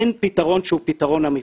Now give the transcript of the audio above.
אין פתרון שהוא פתרון אמיתי.